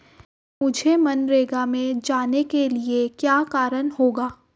मुझे मनरेगा में जाने के लिए क्या करना होगा?